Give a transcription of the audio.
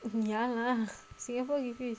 ya lah singapore usually